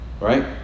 right